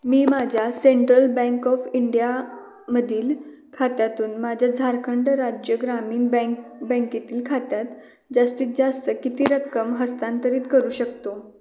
मी माझ्या Central Bank of India मधील खात्यातून माझ्या झारखंड राज्य ग्रामीण बँक बँकेतील खात्यात जास्तीत जास्त किती रक्कम हस्तांतरित करू शकतो